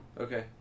Okay